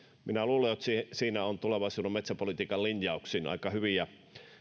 minä luulen että siinä saamme tulevaisuuden metsäpolitiikan linjauksiin aika hyviä